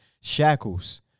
shackles